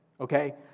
Okay